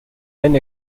and